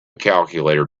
calculator